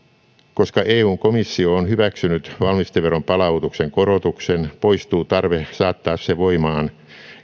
koska eun komissio on hyväksynyt valmisteveron palautuksen korotuksen poistuu tarve saattaa se voimaan